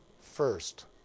first